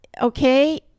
okay